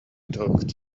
talked